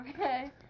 Okay